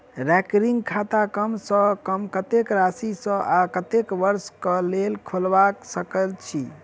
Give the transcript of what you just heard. recurring खाता कम सँ कम कत्तेक राशि सऽ आ कत्तेक वर्ष कऽ लेल खोलबा सकय छी